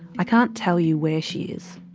i can't tell you where she is.